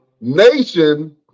nation